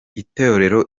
itorero